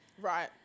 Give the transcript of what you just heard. Right